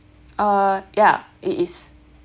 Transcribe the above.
uh yeah it is